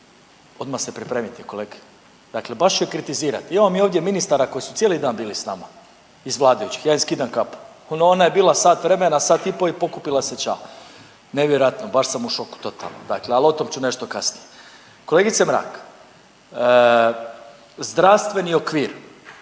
odmah se pripremite kolega, dakle baš ću je kritizirati. Imamo mi ovdje ministara koji su cijeli dan bili sa nama iz vladajućih, ja im skidam kapu. No, onda je bila sat vremena, sat i pol i pokupila se ča. Nevjerojatno! Baš sam u šoku totalnom. Dakle, ali o tom ću nešto kasnije. Kolegice Mrak, zdravstveni okvir